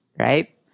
Right